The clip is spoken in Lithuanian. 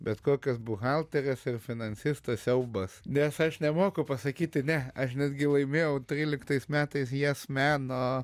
bet kokios buhalterės ir finansista siaubas nes aš nemoku pasakyti ne aš netgi laimėjau tryliktais metais jes meno